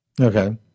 okay